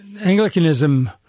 Anglicanism